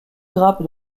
grappes